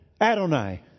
Adonai